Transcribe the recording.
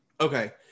okay